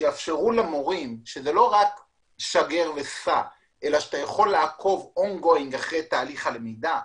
שיאפשרו למורים לא רק "שגר וסע" אלא שאתה יכול לעקוב אחרי תהליך הלמידה.